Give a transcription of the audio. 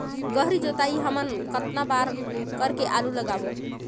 गहरी जोताई हमन कतना बार कर के आलू लगाबो?